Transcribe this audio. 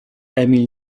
emil